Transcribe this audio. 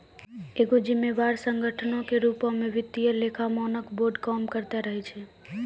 एगो जिम्मेवार संगठनो के रुपो मे वित्तीय लेखा मानक बोर्ड काम करते रहै छै